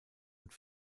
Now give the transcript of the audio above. und